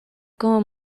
como